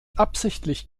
absichtlich